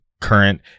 current